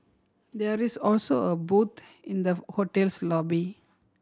there is also a booth in the hotel's lobby